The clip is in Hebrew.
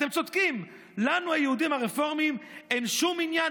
"אתם צודקים: לנו היהודים הרפורמים אין שום עניין